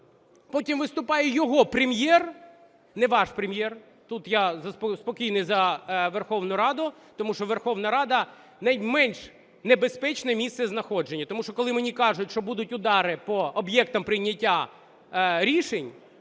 потім виступає його Прем'єр… Не ваш Прем'єр, тут я спокійний за Верховну Раду, тому що Верховна Рада – найменш небезпечне місцезнаходження. Тому що, коли мені кажуть, що будуть удари по об'єктах прийняття рішень,